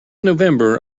november